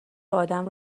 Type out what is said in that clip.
آدم